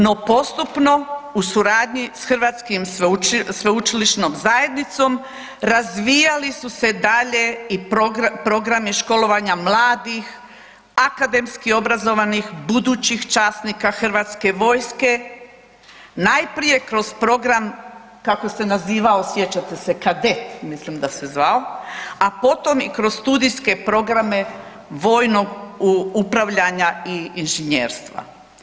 No postupno u suradnji s Hrvatskom sveučilišnom zajednicom razvijali su se dalje i programi školovanja mladih akademski obrazovanih budućih časnika HV-a najprije kroz program kako se nazivao sjećate se kadet mislim da se zvao, a potom i kroz studijske programe vojnog upravljanja i inženjerstva.